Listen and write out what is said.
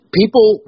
people